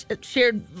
shared